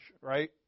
right